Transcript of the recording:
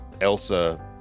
Elsa